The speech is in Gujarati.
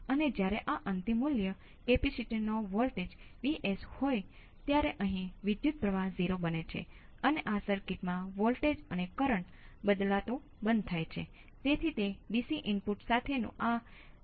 અને પછી તમે t બરાબર 0 ના માટે મૂલ્ય શોધો આ પ્રારંભિક પરિસ્થિતિઓ માટે અને કેટલીક નિયમિત સર્કિટના વિશ્લેષણમાંથી છે અને તે t બરાબર 0 - થી 0 સુધી તે કૂદી શકે છે